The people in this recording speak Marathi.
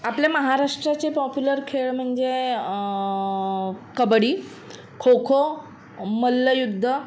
आपल्या महाराष्ट्राचे पॉप्युलर खेळ म्हणजे कबड्डी खोखो मल्लयुद्ध